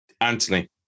Anthony